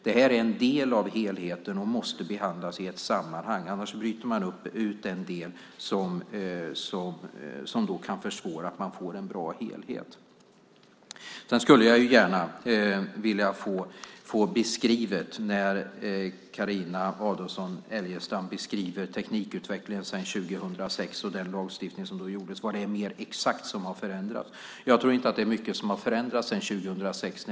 Det här är en del av helheten och måste behandlas i ett sammanhang. Om man bryter ut en del kan det försvåra möjligheten att få en bra helhet. Carina Adolfsson Elgestam beskriver teknikutvecklingen sedan 2006 och den lagstiftning som då infördes. Jag skulle gärna vilja veta mer exakt vad det är som har förändrats. När det gäller teknikinnehållet tror jag inte att mycket har förändrats sedan 2006.